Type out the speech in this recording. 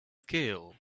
scale